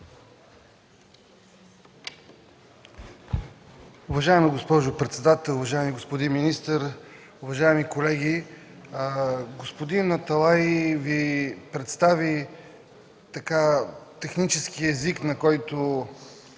Уважаема госпожо председател, уважаеми господин министър, уважаеми колеги! Господин Аталай Ви представи техническия език, на който